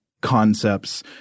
concepts